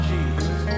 Jesus